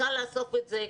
קל לאסוף את זה,